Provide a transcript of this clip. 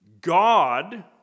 God